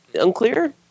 Unclear